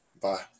Bye